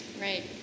Right